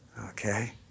okay